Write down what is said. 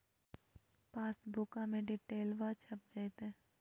पासबुका में डिटेल्बा छप जयते?